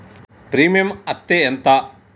Premium అత్తే ఎంత?